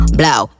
blow